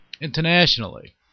internationally